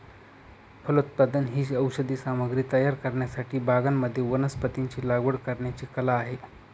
फलोत्पादन ही औषधी सामग्री तयार करण्यासाठी बागांमध्ये वनस्पतींची लागवड करण्याची कला आहे